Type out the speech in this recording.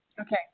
okay